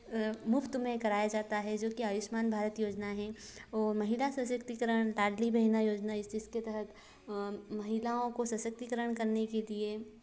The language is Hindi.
मुफ़्त में कराया जाता है जो कि आयुष्मान भारत योजना है वो महिला सशक्तिकरण लाडली महिला योजना जिस जिसके तहत महिलाओं को सशक्तिकरण करने के लिए